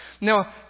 Now